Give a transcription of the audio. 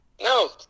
No